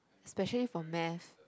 specially for math